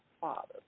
father